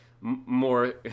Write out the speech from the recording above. more